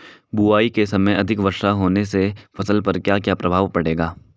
बुआई के समय अधिक वर्षा होने से फसल पर क्या क्या प्रभाव पड़ेगा?